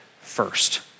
first